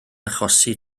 achosi